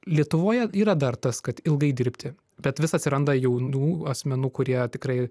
lietuvoje yra dar tas kad ilgai dirbti bet vis atsiranda jaunų asmenų kurie tikrai